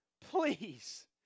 Please